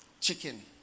chicken